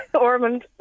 Ormond